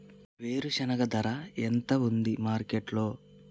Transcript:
వేరుశెనగ ధర ఎంత ఉంది మార్కెట్ లో?